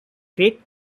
great